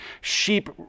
sheep